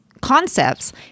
concepts